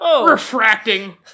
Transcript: Refracting